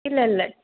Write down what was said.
இல்லை இல்லை